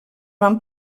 van